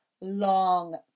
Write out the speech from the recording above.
long